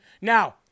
Now